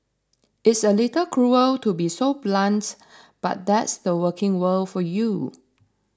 it's a little cruel to be so blunt but that's the working world for you